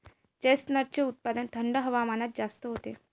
चेस्टनटचे उत्पादन थंड हवामानात जास्त होते